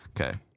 Okay